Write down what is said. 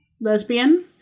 lesbian